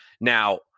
Now